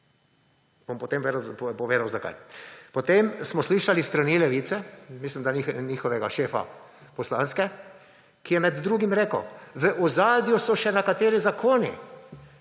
Potem smo slišali s strani Levice, mislim, da njihovega šefa poslanske, ki je med drugim rekel: v ozadju so še nekateri zakoni,